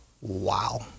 wow